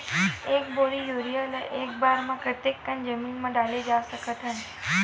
एक बोरी यूरिया ल एक बार म कते कन जमीन म डाल सकत हन?